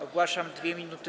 Ogłaszam 2 minuty